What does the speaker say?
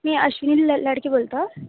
मी अश्विनी ल लाडकी बोलतो